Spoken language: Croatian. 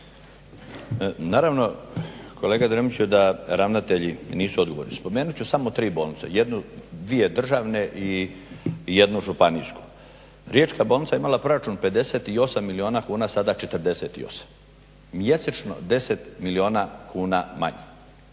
Naravno kolega Drmiću da ravnatelji nisu odgovorni. Spomenut ću samo tri bolnice, dvije državne i jednu županijsku. Riječka bolnica je imala proračun 58 milijuna kuna, sada 48, mjesečno 10 milijuna kuna manje